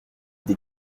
des